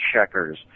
checkers